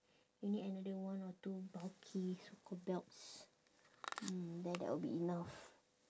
you need another one or two bulky so call belts mm then that'll be enough